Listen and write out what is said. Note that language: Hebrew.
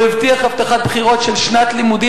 הוא הבטיח הבטחת בחירות של שנת לימודים